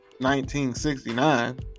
1969